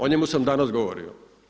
O njemu sam danas govorio.